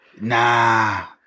Nah